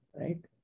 right